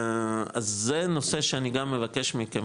אז נושא שאני גם מבקש מכם,